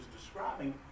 describing